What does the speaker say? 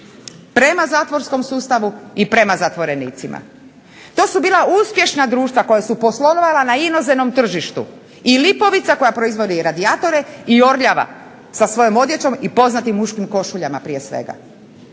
prema zatvorskom sustavu i prema zatvorenicima. To su bila uspješna društva koja su poslovala na inozemnom tržištu i Lipovica koja proizvodi radijatore i Orljava sa svojom odjećom i poznatim muškim košuljama prije svega.